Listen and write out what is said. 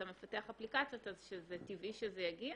מפתח אפליקציות אז שזה טבעי שזה יגיע?